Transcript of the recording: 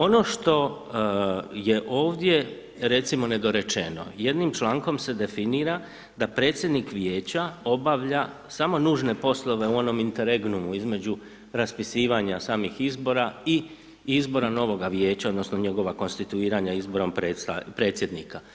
Ono što je ovdje, recimo, nedorečeno, jednim člankom se definira da predsjednik vijeća obavlja samo nužne poslove u onom interegnu između raspisivanja samih izbora i izbora novog vijeća odnosno njegova konstituiranja izborom predsjednika.